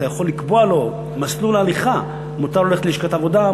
אתה יכול לקבוע לו מסלול הליכה: מותר לו ללכת ללשכת העבודה,